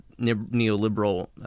neoliberal